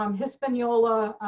um hispaniola,